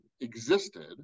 existed